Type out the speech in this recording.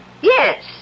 Yes